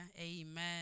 Amen